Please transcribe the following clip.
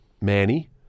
Manny